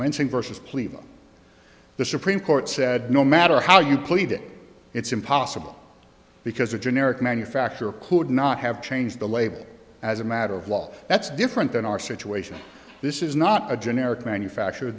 mentioned versus pleading the supreme court said no matter how you plead it it's impossible because a generic manufacturer could not have changed the label as a matter of law that's different than our situation this is not a generic manufacture